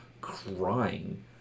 crying